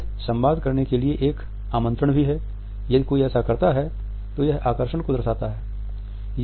यह संवाद करने के लिए एक आमंत्रण भी है यदि कोई ऐसा करता है तो यह आकर्षण को दर्शाता है